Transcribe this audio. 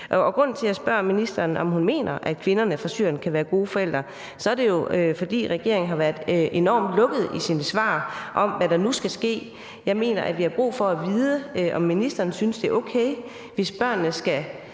Grunden til, at jeg spørger ministeren, om hun mener, at kvinderne fra Syrien kan være gode forældre, er jo, at regeringen har været enormt lukket i sine svar, med hensyn til hvad der nu skal ske. Jeg mener, at vi har brug for at vide, om ministeren synes, det er okay, hvis børnene skal